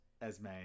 Esme